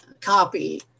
copy